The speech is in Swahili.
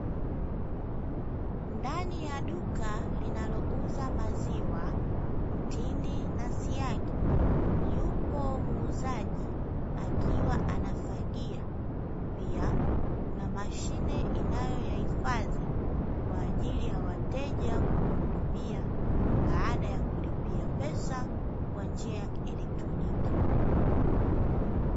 Ndani ya duka linalouza maziwa, mtindi na siagi yupo muuzaji akiwa anafagia. pia kuna mashine inayoyahifadhi kwa ajili ya wateja kujihudumia, baada ya kulipia pesa kwa njia ya kielektroniki.